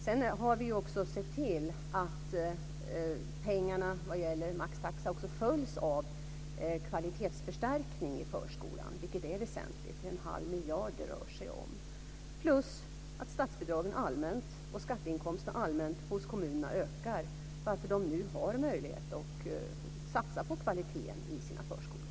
Sedan har vi också sett till att pengarna vad gäller maxtaxa följs av kvalitetsförstärkning i förskolan, vilket är väsentligt. Det är en halv miljard det rör sig om. Dessutom ökar statsbidrag och skatteinkomster allmänt hos kommunerna, varför de nu har möjlighet att satsa på kvalitet i sina förskolor.